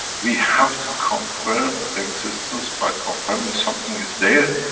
we have to confirm existence, by confirming something is there,